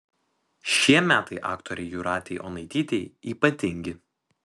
šie metai aktorei jūratei onaitytei ypatingi